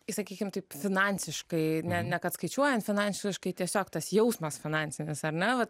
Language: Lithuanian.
sakykime taip finansiškai ne ne kad skaičiuojant finansiškai tiesiog tas jausmas finansinis ar ne va